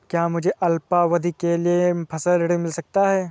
क्या मुझे अल्पावधि के लिए फसल ऋण मिल सकता है?